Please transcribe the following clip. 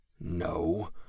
No